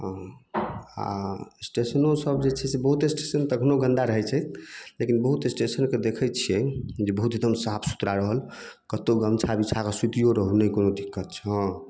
आ स्टेशनो सब जे छै से बहुते स्टेशन तऽ एखनो गन्दा रहै छै लेकिन बहुत स्टेशन शके देखै छियै जे बहुत एकदम साफ सुथरा रहल कतौ गमछा बिछा कऽ सुतियो रहू नहि कोनो दिक्कत छै हँ